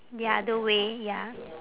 the other way ya